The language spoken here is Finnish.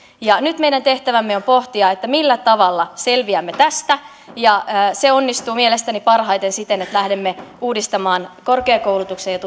nyt meidän tehtävämme on pohtia millä tavalla selviämme tästä se onnistuu mielestäni parhaiten siten että lähdemme uudistamaan korkeakoulutuksen ja